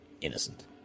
innocent